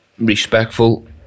respectful